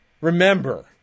remember